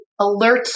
alerts